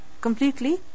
completely